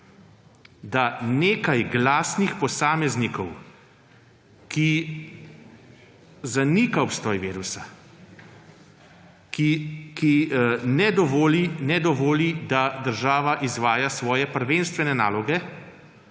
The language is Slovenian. da nekaj glasnih posameznikov, ki zanika obstoj virusa, ki ne dovoli, da država izvaja svoje prvenstvene naloge,